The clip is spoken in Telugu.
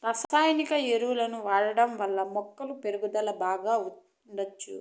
రసాయనిక ఎరువులను వాడటం వల్ల మొక్కల పెరుగుదల బాగా ఉండచ్చు